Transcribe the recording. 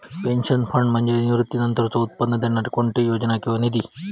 pension fund म्हणजे निवृत्तीनंतरचो उत्पन्न देणारी कोणतीही योजना किंवा निधी